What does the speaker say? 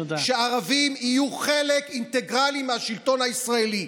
שהערבים יהיו חלק אינטגרלי מהשלטון הישראלי.